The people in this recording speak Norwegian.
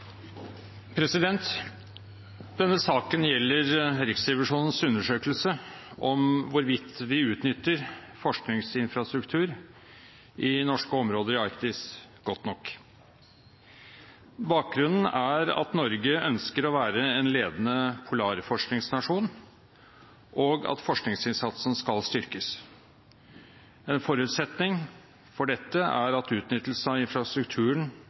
8. Denne saken gjelder Riksrevisjonens undersøkelse om hvorvidt vi utnytter forskningsinfrastruktur i norske områder i Arktis godt nok. Bakgrunnen er at Norge ønsker å være en ledende polarforskningsnasjon, og at forskningsinnsatsen skal styrkes. En forutsetning for dette er at utnyttelsen av infrastrukturen